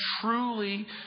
truly